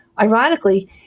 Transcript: Ironically